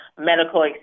medical